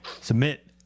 submit